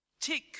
Tick